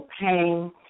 pain